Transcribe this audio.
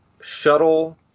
shuttle